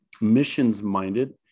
missions-minded